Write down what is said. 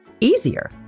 easier